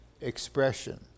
expression